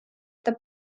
the